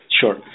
Sure